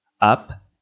Up